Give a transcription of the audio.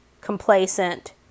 complacent